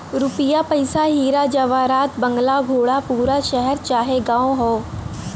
रुपिया पइसा हीरा जवाहरात बंगला घोड़ा गाड़ी पूरा शहर चाहे गांव हौ